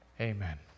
amen